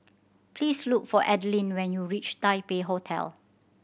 please look for Adeline when you reach Taipei Hotel